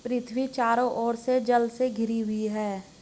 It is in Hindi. पृथ्वी चारों ओर से जल से घिरी है